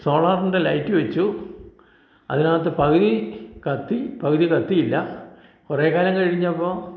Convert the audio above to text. സോളാറിൻ്റെ light വെച്ചു അതിനകത്ത് പകുതി കത്തി പകുതി കത്തിയില്ല കുറേക്കാലം കഴിഞ്ഞപ്പോൾ